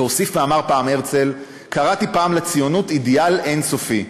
והוסיף ואמר פעם הרצל: "קראתי פעם לציונות אידיאל אין-סופי,